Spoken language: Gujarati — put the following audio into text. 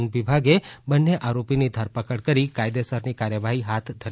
વન વિભાગે બંને આરોપીની ધરપકડ કરી કાયદેસરની કાર્યવાહી હાથ ધરી